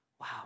wow